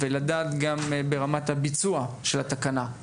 ולדעת גם ברמת הביצוע של התקנה,